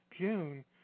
june